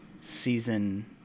season